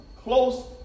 close